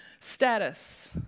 status